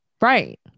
Right